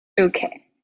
Okay